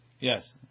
Yes